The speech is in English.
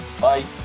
Bye